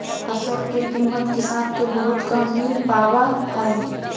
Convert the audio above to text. फसल के कीमत किसान के बहुत कम मिल पावा हइ